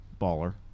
Baller